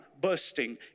bursting